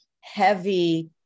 heavy